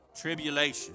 tribulation